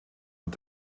und